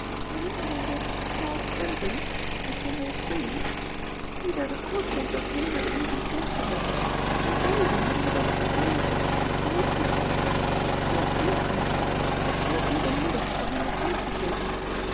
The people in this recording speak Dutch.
erinner je je harles enton en enry reize ie werden alle twee door hem naar de universiteit gezonden en beiden hebben ze door hard werken en groot succes het geld eer aangedaan dat zoo edelmoedig voor hen werd uitgegeven